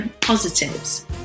positives